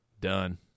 done